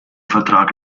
vertrag